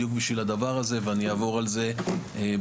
בדיוק בשביל הדבר הזה ואני אעבור על זה במצגת,